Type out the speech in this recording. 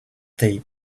they